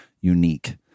unique